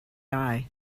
eye